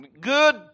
good